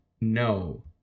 no